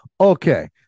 okay